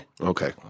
Okay